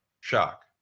shock